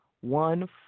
one